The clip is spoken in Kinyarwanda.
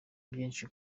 byinshi